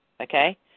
Okay